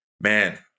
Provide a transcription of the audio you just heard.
man